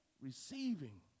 receiving